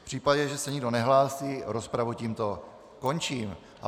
V případě, že se nikdo nehlásí, rozpravu tímto končím.